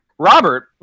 Robert